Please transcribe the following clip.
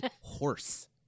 horse